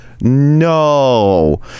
No